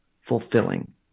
fulfilling